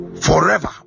forever